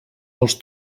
dels